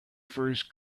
first